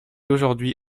aujourd’hui